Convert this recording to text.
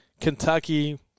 Kentucky